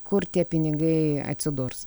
kur tie pinigai atsidurs